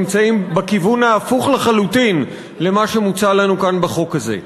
נמצאים בכיוון ההפוך לחלוטין למה שמוצע לנו כאן בחוק הזה.